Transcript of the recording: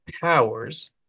powers